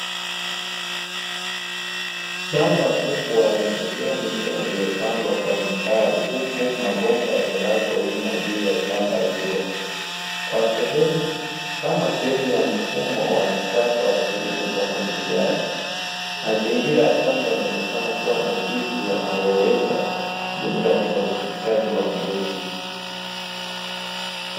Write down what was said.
Shamba kubwa limejaa mimea iliyopandwa kwa mstari huku mabomba yamelazwa wima juu ya shamba hilo kwa sehemu, kama sehemu ya mfumo wa kisasa wa kilimo cha umwagiliaji. Mazingira ya shamba yanaonekana kuwa na vitu yanaweza kutumika katika uchipushaji wa mbegu.